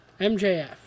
MJF